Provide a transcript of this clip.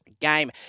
game